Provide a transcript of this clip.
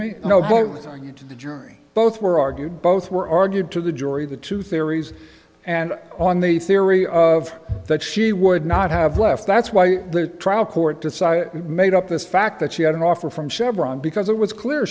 you to the jury both were argued both were argued to the jury the two theories and on the theory of that she would not have left that's why the trial court decided it made up this fact that she had an offer from chevron because it was clear